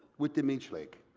with the meech lake,